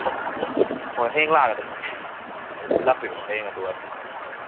ꯍꯣ ꯍꯣꯏ ꯍꯌꯦꯡ ꯂꯥꯛꯑꯒ ꯑꯗꯨꯝ ꯂꯥꯛꯄꯤꯔꯣ ꯍꯌꯦꯡ ꯑꯗꯨꯒ ꯑꯗꯨꯝ ꯈꯪꯖꯔꯅꯤ